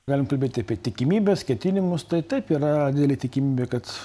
galim kalbėti apie tikimybes ketinimus tai taip yra didelė tikimybė kad